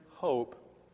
Hope